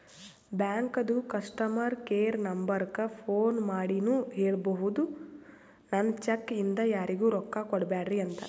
ಬ್ಯಾಂಕದು customer care ನಂಬರಕ್ಕ phone ಮಾಡಿನೂ ಹೇಳ್ಬೋದು, ನನ್ ಚೆಕ್ ಇಂದ ಯಾರಿಗೂ ರೊಕ್ಕಾ ಕೊಡ್ಬ್ಯಾಡ್ರಿ ಅಂತ